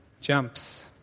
jumps